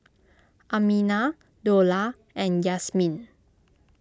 Aminah Dollah and Yasmin